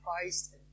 Christ